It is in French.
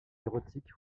érotique